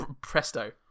presto